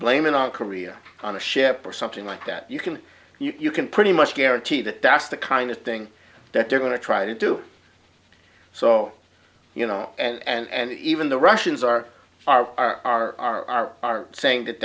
blame it on korea on a ship or something like that you can you can pretty much guarantee that that's the kind of thing that they're going to try to do so you know and even the russians r r r r r r are saying that